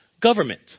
government